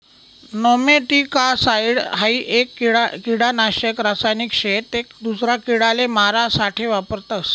nematicide हाई एक किडानाशक रासायनिक शे ते दूसरा किडाले मारा साठे वापरतस